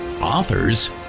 authors